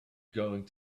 going